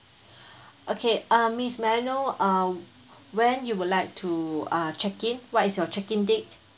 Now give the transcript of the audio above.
okay uh miss may I know uh when you would like to uh check in what is your check in date